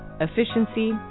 efficiency